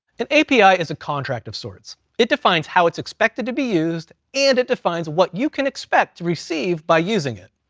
an api is a contract of sorts, it defines how it's expected to be used, and it defines what you can expect to receive by using it.